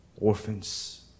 Orphans